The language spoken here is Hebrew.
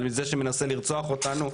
על זה שמנסה לרצוח אותנו,